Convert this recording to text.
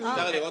זה יותר פשוט.